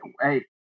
hey